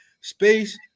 space